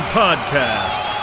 podcast